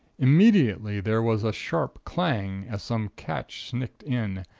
immediately there was a sharp clang, as some catch snicked in,